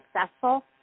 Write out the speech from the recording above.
successful